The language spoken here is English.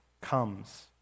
comes